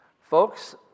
Folks